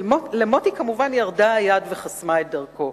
מוטי, ולכבוד מוטי כמובן הורדה היד וחסמה את דרכו.